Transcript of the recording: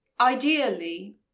ideally